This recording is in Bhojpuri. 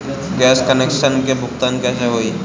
गैस कनेक्शन के भुगतान कैसे होइ?